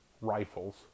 rifles